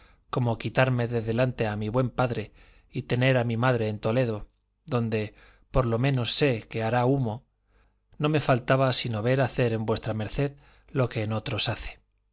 como quitarme de delante a mi buen padre y tener a mi madre en toledo donde por lo menos sé que hará humo no me faltaba sino ver hacer en v md lo que en otros hace